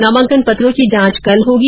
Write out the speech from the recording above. नामांकन पत्रों की जांच कल होगी